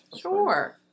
Sure